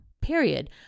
period